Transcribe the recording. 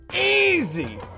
Easy